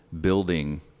building